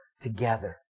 together